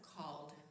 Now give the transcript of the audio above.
called